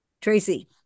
Tracy